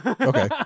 Okay